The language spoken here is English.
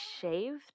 shaved